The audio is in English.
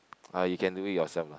ah you can do it yourself lah